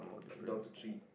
down to three